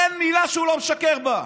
אין מילה שהוא לא משקר בה.